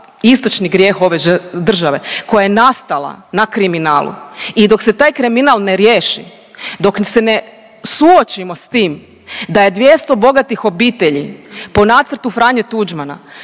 istočni grijeh ove države koja je nastala na kriminalu i dok se taj kriminal ne riješi, dok se ne suočimo s tim da je 200 bogatih obitelji po nacrtu Franje Tuđmana